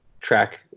track